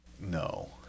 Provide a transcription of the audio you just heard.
No